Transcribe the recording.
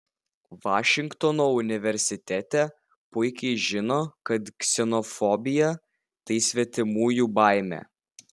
vašingtono universitete puikiai žino kad ksenofobija tai svetimųjų baimė